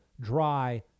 dry